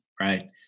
right